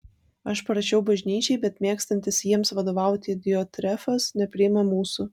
aš parašiau bažnyčiai bet mėgstantis jiems vadovauti diotrefas nepriima mūsų